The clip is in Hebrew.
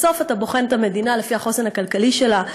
בסוף אתה בוחן את המדינה לפי החוסן הכלכלי שלה,